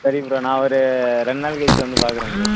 சரி ப்ரோ நான் ஒரு ரெண்டு நாள் கழித்து வந்து பார்க்கறேன் ப்ரோ